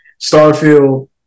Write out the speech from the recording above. Starfield